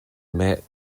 met